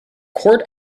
court